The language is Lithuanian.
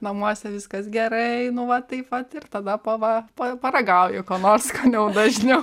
namuose viskas gerai nu va taip vat ir tada pava pa paragauju ko nor skaniau dažniau